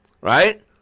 Right